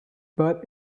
but